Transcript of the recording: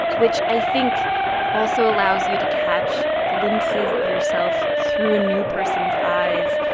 which i think also allows you to catch glimpses of yourself through a new person's eyes,